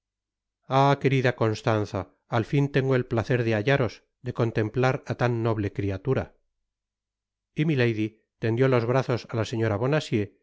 querida constanza t al fin tengo el placer de hallaros de contemplar á tan noble criatura y milady tendió los brazos á la señora